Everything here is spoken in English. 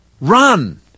Run